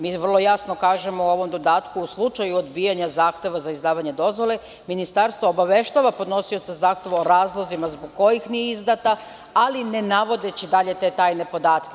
Mi jasno kažemo u ovom dodatku – u slučaju odbijanju zahteva za izdavanje dozvole, ministarstvo obaveštava podnosioca zahteva o razlozima zbog kojih nije izdata, ali ne navodeći dalje te tajne podatke.